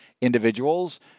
individuals